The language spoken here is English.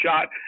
shot